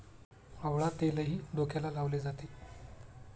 आवळा तेलही डोक्याला लावले जाते